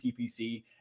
PPC